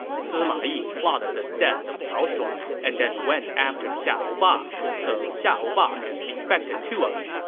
sima yi plotted the death of cao shuang and then went after xiahou ba, so xiahou ba has defected to us.